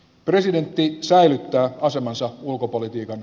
presidentti säilyttää asemansa ulkopolitiikan